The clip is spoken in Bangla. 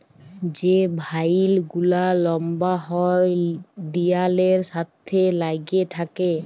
যে ভাইল গুলা লম্বা হ্যয় দিয়ালের সাথে ল্যাইগে থ্যাকে